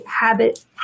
habit